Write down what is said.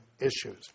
issues